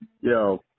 Yo